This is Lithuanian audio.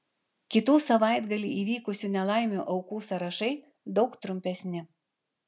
kitų savaitgalį įvykusių nelaimių aukų sąrašai daug trumpesni